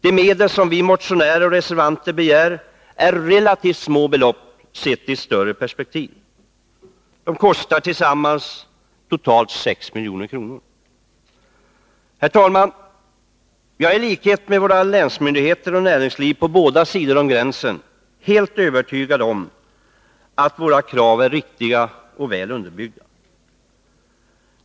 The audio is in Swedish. De medel som vi motionärer och reservanter begär är relativt små belopp, sett i ett större perspektiv. Ett genomförande av förslagen kostar tillsammans totalt 6 milj.kr. Jag är i likhet med våra länsmyndigheter och näringslivet på båda sidor gränsen helt övertygad om att våra krav är riktiga och väl underbyggda.